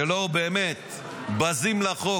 שבזים לחוק.